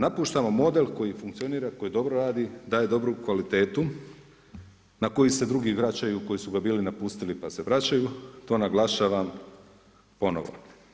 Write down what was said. Napuštamo model koji funkcionira, koji dobro radi, daje dobru kvalitetu na koju se drugi vraćaju koji su ga bili napustili pa se vračaju, to naglašavam ponovo.